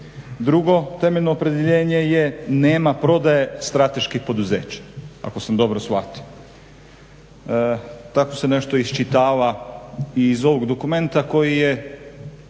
Drugo temeljno opredjeljenje je nema prodaje strateških poduzeća, ako sam dobro shvatio. Tako se nešto iščitava i iz ovog dokumenta koji je